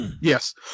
Yes